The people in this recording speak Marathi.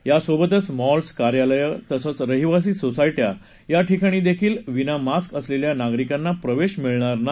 यासोबतच मॉल्स कार्यालयं तसंच रहिवासी सोसायट्या या ठिकाणी देखील विना मास्क असलेल्या नागरिकांना प्रवेश मिळणार नाही